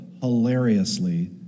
hilariously